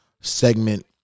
segment